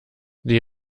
die